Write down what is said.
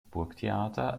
burgtheater